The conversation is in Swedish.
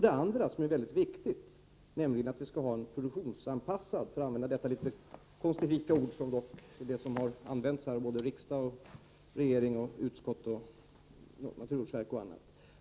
Den andra aspekten — och den är mycket viktig — är att vi skall ha en produktionsanpassad jakt, för att använda detta litet konstifika ord som dock brukas både av regeringen, av utskottet, i kammardebatten, av naturvårdsverket och av andra.